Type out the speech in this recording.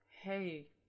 hey